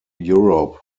europe